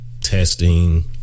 testing